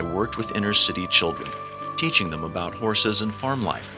i worked with inner city children teaching them about horses and farm life